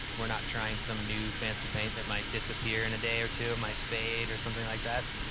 we're not trying some new fancy paint that might disappear in a day or two, might fade or something like that.